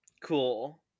Cool